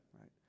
right